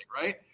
right